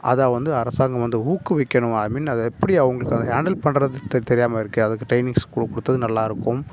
அதை வந்து அரசாங்கம் வந்து ஊக்குவிக்கணும் ஐ மின் அதை எப்படி அவங்களுக்கு அதை ஹேண்டில் பண்ணுறது தெரியாமல் இருக்குது அதுக்கு ட்ரெயின்னிங்ஸ் கு கொடுத்தா நல்லா இருக்கும்